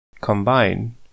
combine